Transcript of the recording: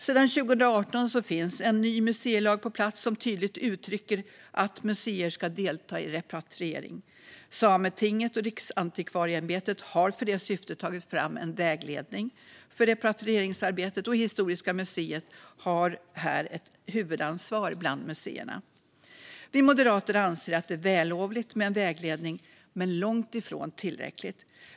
Sedan 2018 finns en ny museilag på plats som tydligt uttrycker att museer ska delta i repatriering. Sametinget och Riksantikvarieämbetet har för det syftet tagit fram en vägledning för repatrieringsarbetet, och Historiska museet har här ett huvudansvar bland museerna. Vi moderater anser att det är vällovligt med en vägledning, men långt ifrån tillräckligt.